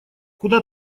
куда